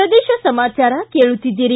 ಪ್ರದೇಶ ಸಮಾಚಾರ ಕೇಳುತ್ತಿದ್ದೀರಿ